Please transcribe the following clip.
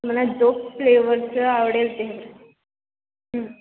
तुम्हाला जो फ्लेवरचं आवडेल ते हं